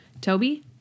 Toby